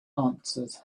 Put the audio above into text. answered